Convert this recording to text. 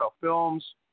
films